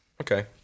Okay